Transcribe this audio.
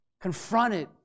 confronted